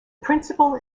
principal